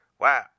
Wow